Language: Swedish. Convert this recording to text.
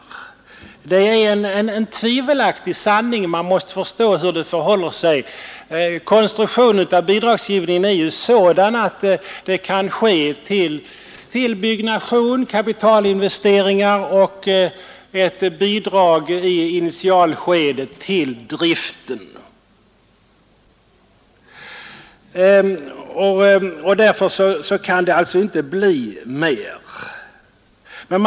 Det är en tvivelaktig sanning. Man måste förstå hur det förhåller sig. Bidragsgivningens konstruktion är ju sådan att bidrag kan ges till byggnation, till kapitalinvesteringar och i initialskedet även till driften. Därpå beror alltså den blygsamma tilldelningen.